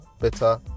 better